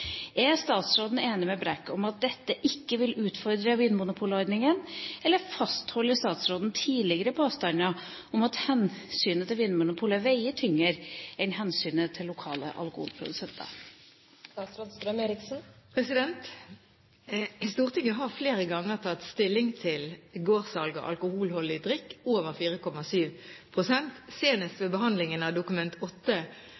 Er statsråden enig med Brekk i at dette ikke vil utfordre Vinmonopol-ordningen, eller fastholder statsråden tidligere påstander om at hensynet til Vinmonopolet veier tyngre enn hensynet til lokale alkoholprodusenter?» Stortinget har flere ganger tatt stilling til gårdssalg av alkoholholdig drikk over 4,7 pst., senest